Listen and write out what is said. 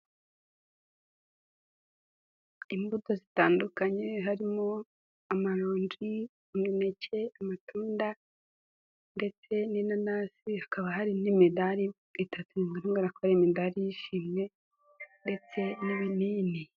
Imbuto zitandukanye harimo amarongi, imineke, amatunda ndetse n'inanasi, hakaba hari n'imidari itatu, bigaragarara ko ari imidari y'ishimwe ndetse n'ibinini.